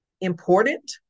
important